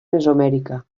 mesoamèrica